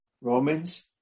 Romans